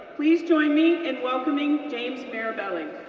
please join me in welcoming james mirabelli.